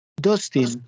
Dustin